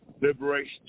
Liberation